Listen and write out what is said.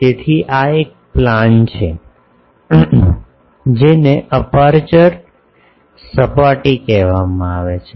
તેથી આ એક પ્લાન છે જેને અપેર્ચર અપેર્ચર સપાટી કહેવામાં આવે છે